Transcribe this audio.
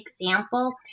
example